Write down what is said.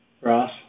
Ross